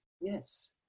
Yes